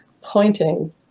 pointing